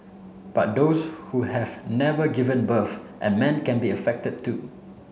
but those who have never given birth and men can be affected too